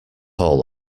all